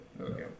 okay